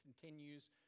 continues